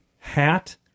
Hat